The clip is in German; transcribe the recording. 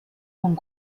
von